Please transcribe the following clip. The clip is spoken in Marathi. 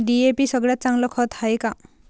डी.ए.पी सगळ्यात चांगलं खत हाये का?